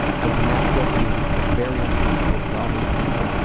i was a natural beauty but very uncomfortable with all the attention,